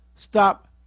Stop